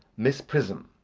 miss prism.